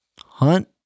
hunt